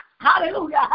Hallelujah